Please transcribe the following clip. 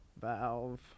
Valve